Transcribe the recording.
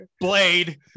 blade